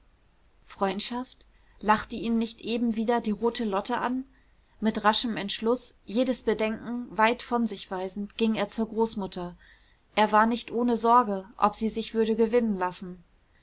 freundschaft lachte ihn nicht eben wieder die rote lotte an mit raschem entschluß jedes bedenken weit von sich weisend ging er zur großmutter er war nicht ohne sorge ob sie sich würde gewinnen lassen